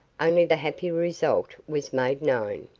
only the happy result was made known.